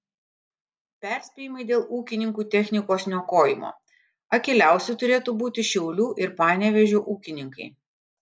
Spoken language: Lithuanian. perspėjimai dėl ūkininkų technikos niokojimo akyliausi turėtų būti šiaulių ir panevėžio ūkininkai